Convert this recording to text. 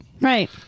Right